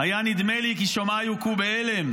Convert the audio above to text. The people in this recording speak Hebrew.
"היה נדמה לי כי שומעיי הוכו באלם.